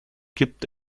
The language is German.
gibt